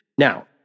Now